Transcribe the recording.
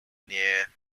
near